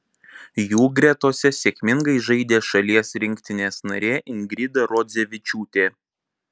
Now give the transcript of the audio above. jų gretose sėkmingai žaidė šalies rinktinės narė ingrida rodzevičiūtė